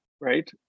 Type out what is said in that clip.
right